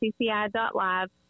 cci.live